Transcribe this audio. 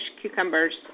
cucumbers